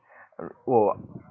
!whoa!